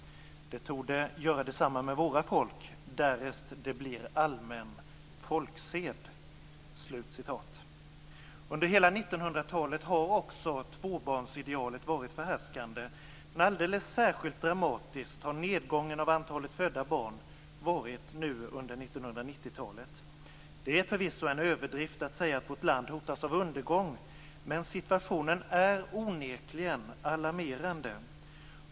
Det torde göra detsamma med våra folk, därest det blir allmän folksed." Under hela 1900-talet har också tvåbarnsidealet varit förhärskande, men alldeles särskilt dramatisk har nedgången av antalet födda barn varit under 1990-talet. Det är förvisso en överdrift att säga att vårt land hotas av undergång, men situationen är onekligen alarmerande.